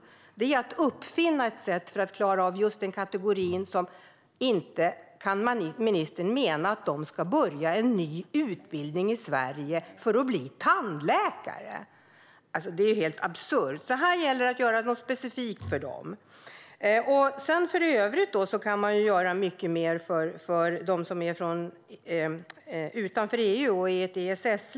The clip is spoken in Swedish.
Det är att uppfinna ett sätt för att klara av just den kategorin. Inte kan ministern mena att de ska påbörja en ny utbildning i Sverige för att bli tandläkare? Det skulle vara helt absurt. Här gäller det att göra något specifikt för dem. För övrigt kan man göra mycket mer för dem som är från länder utanför EU och EES.